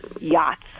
yachts